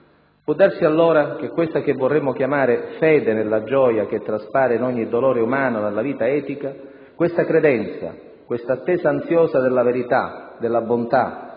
Può darsi allora che questa che vorremmo chiamare fede nella gioia che traspare in ogni dolore umano nella vita etica, questa credenza, questa attesa ansiosa della verità, della bontà,